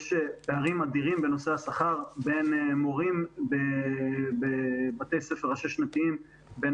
יש פערים אדירים בנושא השכר בבתי ספר השש שנתיים בין